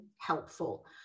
helpful